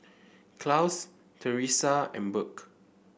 Claus Teresa and Burk